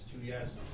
yes